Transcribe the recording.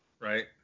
right